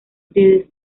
the